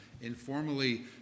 informally